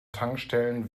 tankstellen